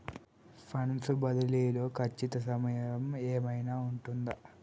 Funds బదిలీ లో ఖచ్చిత సమయం ఏమైనా ఉంటుందా?